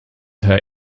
her